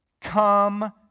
come